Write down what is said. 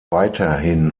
weiterhin